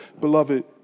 beloved